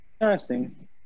interesting